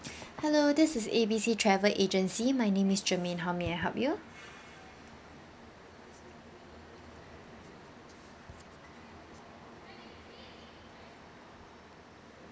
hello this is A B C travel agency my name is germaine how may I help you